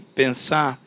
pensar